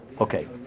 Okay